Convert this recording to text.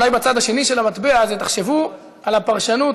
אולי בצד השני של המטבע: תחשבו על הפרשנות,